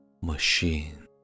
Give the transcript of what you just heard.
machine